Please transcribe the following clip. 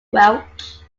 welch